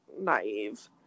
naive